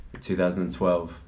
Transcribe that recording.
2012